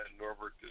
Norbert